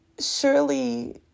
surely